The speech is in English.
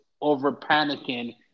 over-panicking